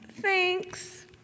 Thanks